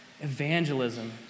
evangelism